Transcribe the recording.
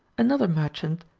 another merchant,